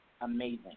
amazing